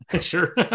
sure